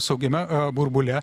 saugiame burbule